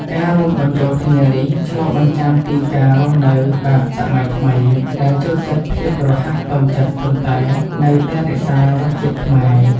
ការរួមបញ្ចូលគ្នានេះឆ្លុះបញ្ចាំងពីការរស់នៅបែបសម័យថ្មីដែលចូលចិត្តភាពរហ័សទាន់ចិត្តប៉ុន្តែនៅតែរក្សារសជាតិខ្មែរ។